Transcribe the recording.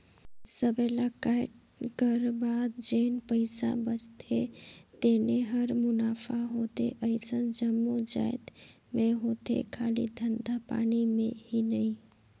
सबे ल कांटे कर बाद जेन पइसा बाचथे तेने हर मुनाफा होथे अइसन जम्मो जाएत में होथे खाली धंधा पानी में ही नई